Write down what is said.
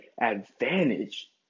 advantage